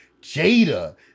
Jada